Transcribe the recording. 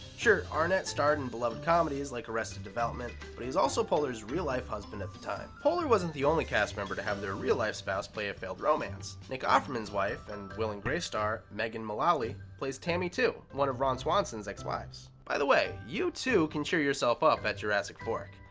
sure, arnett starred in beloved comedies like arrested development but he was also poehler's real life husband at the time. poehler wasn't the only cast member to have their real life spouse play a failed romance. nick offerman's wife, and will and grace star, megan mullally plays tammy two, one of ron swanson's ex-wives. by the way, you too can cheer yourself up at jurassic fork.